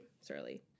Surly